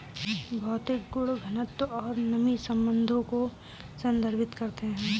भौतिक गुण घनत्व और नमी संबंधों को संदर्भित करते हैं